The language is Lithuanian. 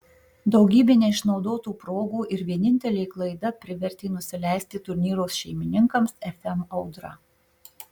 daugybė neišnaudotų progų ir vienintelė klaida privertė nusileisti turnyro šeimininkams fm audra